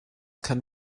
kann